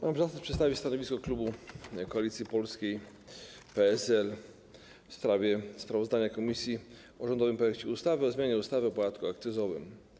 Mam zaszczyt przedstawić stanowisko klubu Koalicja Polska - PSL w sprawie sprawozdania komisji o rządowym projekcie ustawy o zmianie ustawy o podatku akcyzowym.